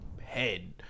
head